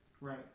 Right